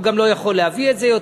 וגם הוא כבר לא יכול להביא את זה,